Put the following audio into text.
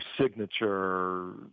signature